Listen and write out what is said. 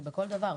זה בכל דבר,